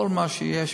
כל מה שיש,